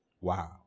Wow